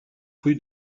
rue